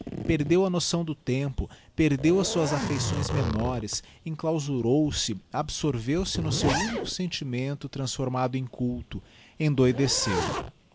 perdeu a noção do tempo perdeu as suas affeições menores enclausurou se absorveu se no seu único sentimento transformado em culto endoideceu